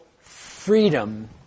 freedom